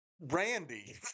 Randy